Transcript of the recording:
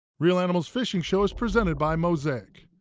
reel animals fishing show is presented by mosaic.